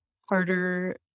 harder